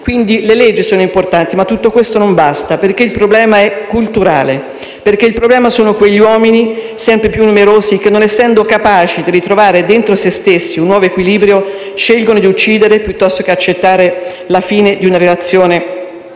quindi, sono importanti, ma tutto questo non basta, perché il problema è culturale. Il problema sono quegli uomini, sempre più numerosi, che, non essendo capaci di ritrovare dentro se stessi un nuovo equilibrio, scelgono di uccidere piuttosto che accettare la fine di una relazione amorosa.